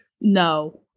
No